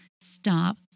Stop